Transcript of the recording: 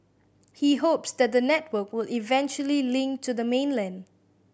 he hopes that the network will eventually link to the mainland